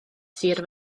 sir